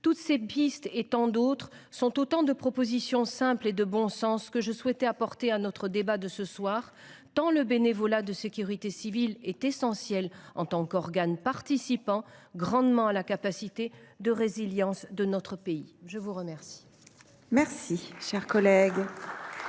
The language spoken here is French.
Toutes ces pistes, et tant d’autres, sont autant de propositions simples et de bon sens que je souhaitais apporter à notre débat de ce soir, tant le bénévolat de sécurité civile est essentiel en tant qu’organe participant grandement à la capacité de résilience de notre pays. La parole est à M. le ministre.